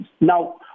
Now